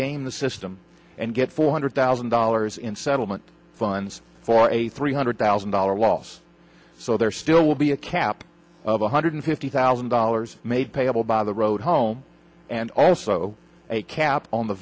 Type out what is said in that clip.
game the system and get four hundred thousand dollars in settlement funds for a three hundred thousand dollars loss so there still will be a cap of one hundred fifty thousand dollars made payable by the road home and also a cap on the